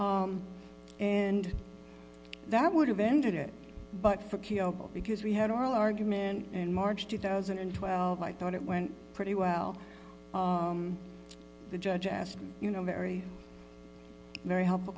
and that would have ended it but because we had oral argument in march two thousand and twelve i thought it went pretty well the judge asked me you know very very helpful